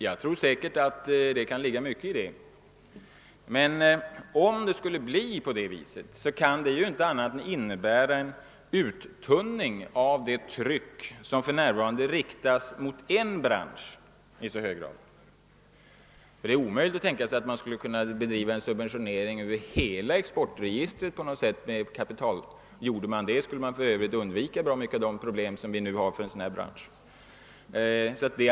Jag tror det kan ligga mycket i det argumentet, men om det skulle bli på det viset, kan det inte innebära annat än en försvagning av det tryck som för närvarande riktas i så hög grad mot en bransch. Det är omöjligt att tänka sig att man skulle kunna driva en subventionering över hela exportregistret av den typ varven nu får i andra länder och som nu ger problem för denna bransch.